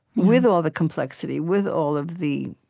with all the complexity, with all of the